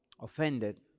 offended